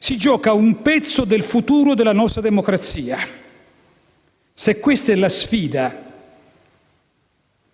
Si gioca un pezzo del futuro della nostra democrazia. Se questa è la sfida,